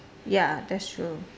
ya that's true